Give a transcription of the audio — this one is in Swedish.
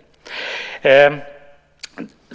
Dessutom